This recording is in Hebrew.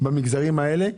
במגזרים האלה.